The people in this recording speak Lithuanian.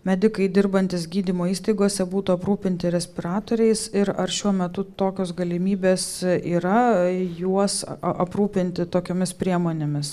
medikai dirbantys gydymo įstaigose būtų aprūpinti respiratoriais ir ar šiuo metu tokios galimybės yra juos aprūpinti tokiomis priemonėmis